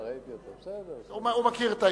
הוא מכיר את העניין.